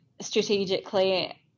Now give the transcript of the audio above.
strategically